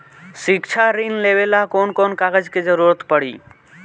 शिक्षा ऋण लेवेला कौन कौन कागज के जरुरत पड़ी?